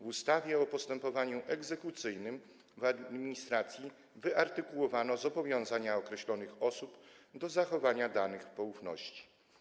W ustawie o postępowaniu egzekucyjnym w administracji wyartykułowano zobowiązania określonych osób do zachowania danych w poufności.